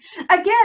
Again